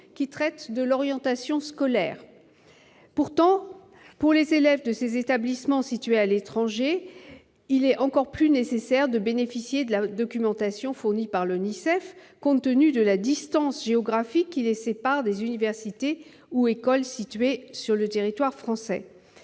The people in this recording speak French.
qui traite de l'orientation scolaire. Pourtant, pour les élèves de ces établissements situés à l'étranger, il est encore plus nécessaire de bénéficier de la documentation fournie par l'ONISEP, compte tenu de la distance géographique qui les sépare des universités et écoles situées sur le territoire français.